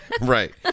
Right